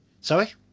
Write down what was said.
sorry